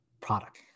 product